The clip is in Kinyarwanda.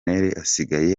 asigaye